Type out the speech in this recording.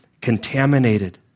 contaminated